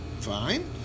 fine